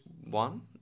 one